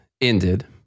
ended